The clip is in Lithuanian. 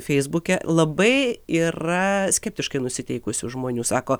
feisbuke labai yra skeptiškai nusiteikusių žmonių sako